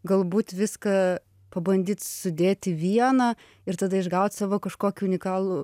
galbūt viską pabandyt sudėt į vieną ir tada išgaut savo kažkokį unikalų